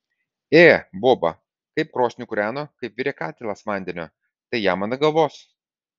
ė boba kaip krosnį kūreno kaip virė katilas vandenio tai jam ant galvos